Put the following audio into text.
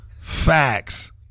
Facts